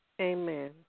Amen